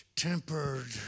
tempered